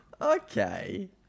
Okay